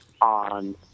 on